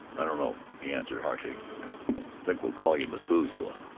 i don't know, he answered harshly. i think we'll call you methuselah.